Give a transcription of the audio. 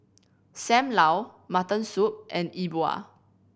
Sam Lau mutton soup and E Bua